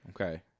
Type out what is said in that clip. Okay